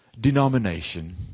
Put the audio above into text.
Denomination